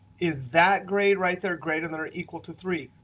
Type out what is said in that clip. is that grade right there greater than or equal to three?